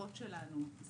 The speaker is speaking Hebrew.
המטרות שלנו הן